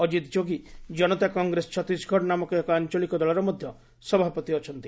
ଅଜିତ ଯୋଗୀ ଜନତା କଂଗ୍ରେସ ଛତିଶଗଡ଼ ନାମକ ଏକ ଆଞ୍ଚଳିକ ଦଳର ମଧ୍ୟ ସଭାପତି ଅଛନ୍ତି